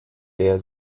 der